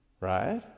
right